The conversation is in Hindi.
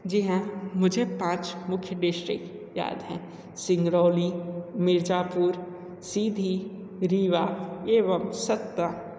जी हाँ मुझे पाँच मुख्य डिस्ट्रीक्ट याद हैं सिंगरोली मिर्जापुर सीधी रीवा एवं सत्ता